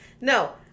No